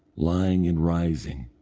lying and rising,